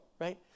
right